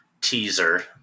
teaser